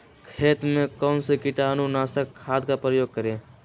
खेत में कौन से कीटाणु नाशक खाद का प्रयोग करें?